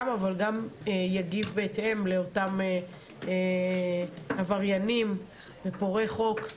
אבל גם יגיב בהתאם לאותם עבריינים ופורעי חוק,